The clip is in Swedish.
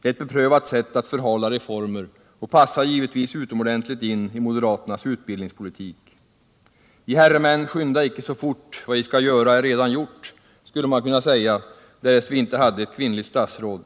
Det är ett beprövat sätt att förhala reformer och passar givetvis utomordentligt väl in i moderaternas utbildningspolitik. ”Vad göras skall är allaredan gjort. I herredagsmän, reser icke så fort!” skulle man kunna säga, därest vi inte hade ett kvinnligt statsråd.